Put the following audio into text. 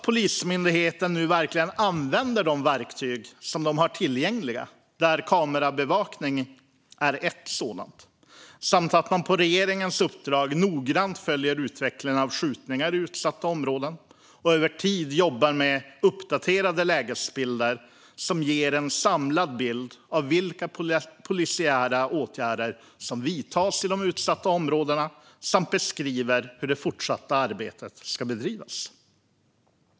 Polismyndigheten behöver nu verkligen använda de verktyg som de har tillgängliga, till exempel kamerabevakning, och på regeringens uppdrag noggrant följa utvecklingen av skjutningar i utsatta områden och över tid jobba med uppdaterade lägesbilder som ger en samlad bild av vilka polisiära åtgärder som vidtas i de utsatta områdena samt beskriva hur det fortsatta arbetet ska bedrivas.